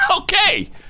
Okay